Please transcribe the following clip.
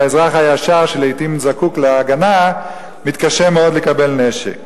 והאזרח הישר שלעתים זקוק להגנה מתקשה מאוד לקבל נשק.